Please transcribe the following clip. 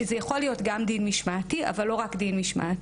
שזה יכול להיות גם דין משמעתי אבל לא רק דין משמעתי,